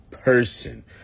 person